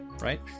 right